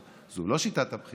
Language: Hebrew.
אבל זו לא שיטת הבחירה,